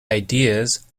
ideas